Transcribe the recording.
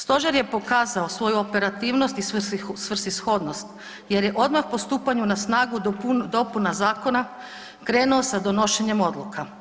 Stožer je pokazao svoju operativnost i svrsishodnost, jer je odmah po stupanju na snagu dopuna Zakona krenuo sa donošenjem odluka.